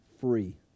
free